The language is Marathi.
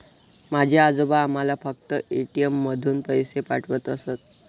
माझे आजोबा आम्हाला फक्त ए.टी.एम मधून पैसे पाठवत असत